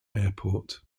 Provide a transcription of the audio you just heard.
airport